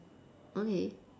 okay